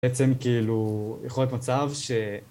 בעצם כאילו, יכול להיות מצב ש...